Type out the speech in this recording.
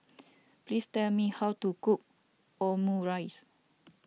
please tell me how to cook Omurice